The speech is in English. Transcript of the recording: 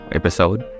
episode